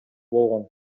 болгон